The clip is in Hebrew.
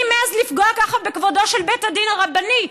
מי מעז לפגוע בכבודו של בית הדין הרבני?